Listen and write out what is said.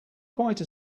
quite